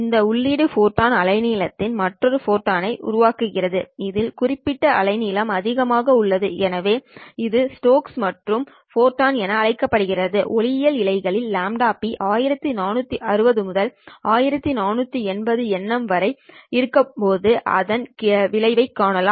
இந்த உள்ளீடு ஃபோட்டான் அலைநீளத்தில் மற்றொரு ஃபோட்டானை உருவாக்குகிறது இதில் குறிப்பிட்ட அலைநீளம் அதிகமாக உள்ளது எனவே இது ஸ்டோக்ஸ் மாற்று ஃபோட்டான் என அழைக்கப்படுகிறது ஒளியியல் இழைகளில் λp 1460 முதல் 1480 nm வரை இருக்கும்போது அதன் விளைவைக் காணலாம்